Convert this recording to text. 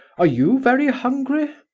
are you very hungry?